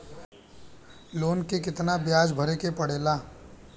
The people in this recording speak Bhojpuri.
लोन के कितना ब्याज भरे के पड़े ला?